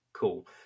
Cool